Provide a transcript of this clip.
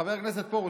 חבר הכנסת פרוש,